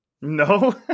No